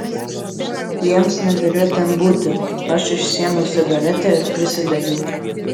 jiems nederėjo ten būti aš išsiėmiau cigaretę ir prisidegiau